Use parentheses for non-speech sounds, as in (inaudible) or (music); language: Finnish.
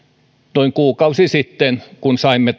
noin kuukausi sitten kun saimme (unintelligible)